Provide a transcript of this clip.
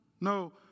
no